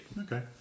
Okay